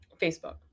Facebook